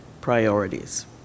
priorities